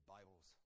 Bibles